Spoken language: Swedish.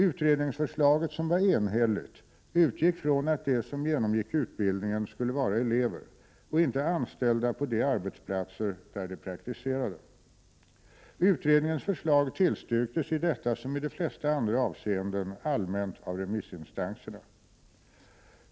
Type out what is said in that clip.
Utredningsförslaget, som var enhälligt, utgick från att de som genomgick utbildningen skulle vara elever och inte anställda på de arbetsplatser där de praktiserade. Utredningens förslag tillstyrktes i detta som i de flesta andra avseenden allmänt av remissinstanserna.